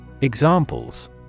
Examples